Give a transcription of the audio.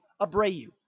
Abreu